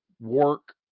work